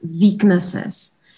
weaknesses